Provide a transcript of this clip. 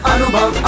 Anubhav